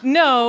no